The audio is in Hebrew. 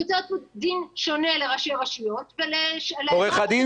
היא יוצרת פה דין שונה לראשי רשויות ול --- שצריך